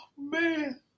man